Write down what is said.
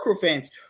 fans